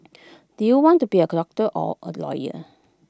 do you want to become A doctor or A lawyer